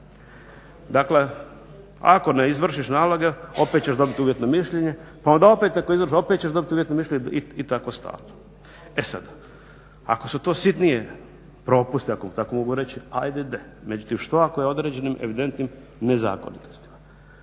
Dakle, ako ne izvršiš naloge opet ćeš dobiti uvjetno mišljenje pa onda opet ako ne izvršiš opet ćeš dobiti uvjetno mišljenje i tako stalno. E sad, ako su to sitniji propusti ako tako mogu reći pa ajde de. Međutim, što ako je riječ o određenim evidentnim nezakonitostima?